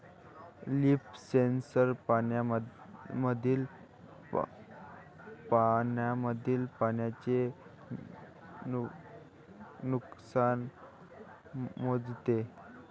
leaf sensor पानांमधील पाण्याचे नुकसान मोजते